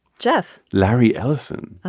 jeff? larry ellison.